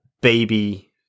baby